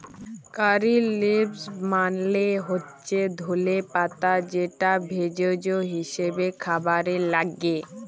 কারী leaves মালে হচ্যে ধলে পাতা যেটা ভেষজ হিসেবে খাবারে লাগ্যে